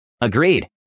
Agreed